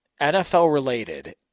NFL-related